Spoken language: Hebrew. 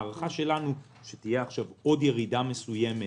ההערכה שלנו היא שתהיה עוד ירידה מסוימת